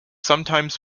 sometimes